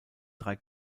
drei